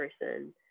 person